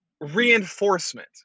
reinforcement